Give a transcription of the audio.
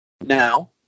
now